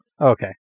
Okay